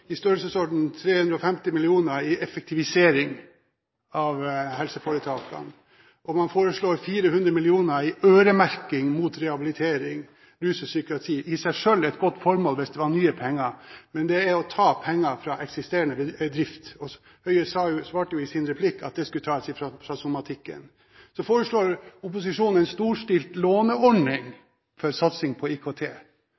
i størrelsesorden 350 mill. kr til effektivisering av helseforetakene og 400 mill. kr øremerket rehabilitering, rus og psykiatri – i seg selv gode formål hvis det var nye penger, men det er å ta penger fra eksisterende drift. Høie svarte jo i sin replikk at det skulle tas fra somatikken. Så foreslår opposisjonen en storstilt låneordning